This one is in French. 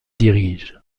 dirige